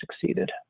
succeeded